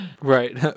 Right